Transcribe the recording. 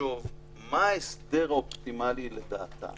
תחשוב מה ההסדר האופטימלי מבחינתה